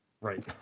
Right